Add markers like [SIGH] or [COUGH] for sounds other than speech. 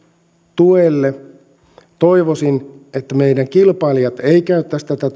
tuelle toivoisin että meidän kilpailijat eivät käyttäisi tätä [UNINTELLIGIBLE]